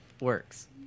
works